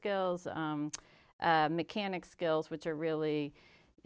skills mechanic skills which are really